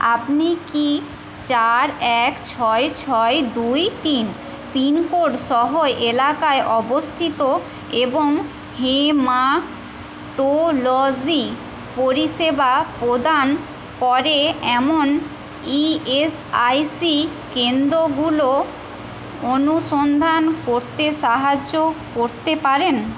আপনি কি চার এক ছয় ছয় দুই তিন পিনকোড সহ এলাকায় অবস্থিত এবং হেমাটোলজি পরিষেবা প্রদান করে এমন ইএসআইসি কেন্দ্রগুলো অনুসন্ধান করতে সাহায্য করতে পারেন